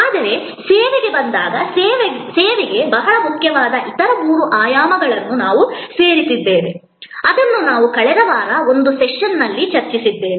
ಆದರೆ ಸೇವೆಗೆ ಬಂದಾಗ ಸೇವೆಗೆ ಬಹಳ ಮುಖ್ಯವಾದ ಇತರ ಮೂರು ಆಯಾಮಗಳನ್ನು ನಾವು ಸೇರಿಸಿದ್ದೇವೆ ಅದನ್ನು ನಾವು ಕಳೆದ ವಾರ ಒಂದು ಸೆಷನ್ನಲ್ಲಿ ಚರ್ಚಿಸಿದ್ದೇವೆ